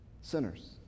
Sinners